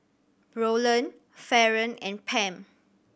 Roland Faron and Pam